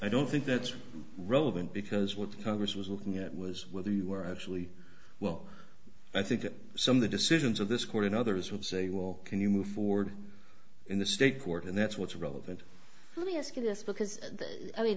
i don't think that's relevant because what congress was looking at was whether you were actually well i think that some of the decisions of this court and others would say well can you move forward in the state court and that's what's relevant let me ask you this because i mean